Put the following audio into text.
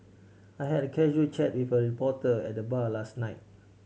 I had a casual chat with a reporter at the bar last night